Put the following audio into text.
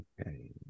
Okay